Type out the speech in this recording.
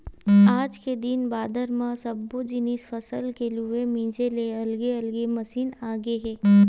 आज के दिन बादर म सब्बो जिनिस फसल के लूए मिजे के अलगे अलगे मसीन आगे हे